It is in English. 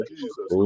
Jesus